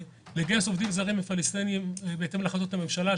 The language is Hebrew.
עוד מטרה היא גיוס עובדים פלסטינים בהתאם להחלטות הממשלה,